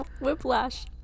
whiplash